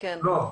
לא.